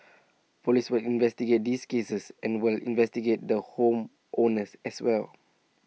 Police will investigate these cases and we'll investigate the home owners as well